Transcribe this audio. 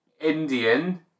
Indian